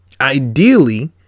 Ideally